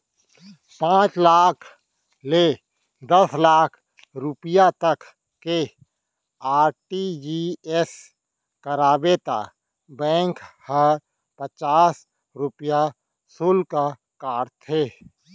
पॉंच लाख ले दस लाख रूपिया तक के आर.टी.जी.एस कराबे त बेंक ह पचास रूपिया सुल्क काटथे